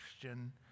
Christian